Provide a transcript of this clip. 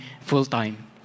full-time